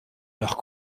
leurs